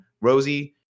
Rosie